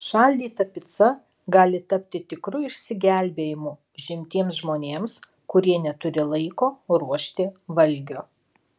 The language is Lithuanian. šaldyta pica gali tapti tikru išsigelbėjimu užimtiems žmonėms kurie neturi laiko ruošti valgio